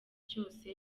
cyose